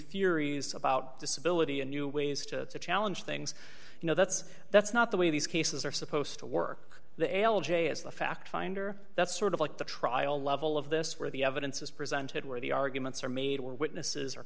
theories about disability and new ways to challenge things you know that's that's not the way these cases are supposed to work the l j is the fact finder that's sort of like the trial level of this where the evidence is presented where the arguments are made where witnesses